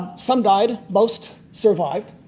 some died. most survived.